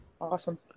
Awesome